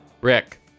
Rick